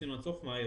התש"ף - 2020.